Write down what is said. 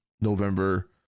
November